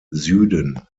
süden